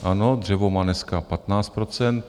Ano, dřevo má dneska 15 %.